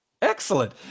Excellent